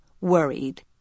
worried